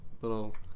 little